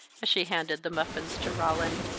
as she handed the muffins to roland.